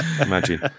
Imagine